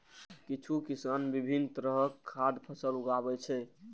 किछु किसान विभिन्न तरहक खाद्य फसल उगाबै छै